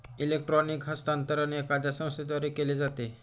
electronic हस्तांतरण एखाद्या संस्थेद्वारे केले जाते